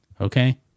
okay